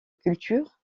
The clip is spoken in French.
culture